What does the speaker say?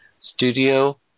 Studio –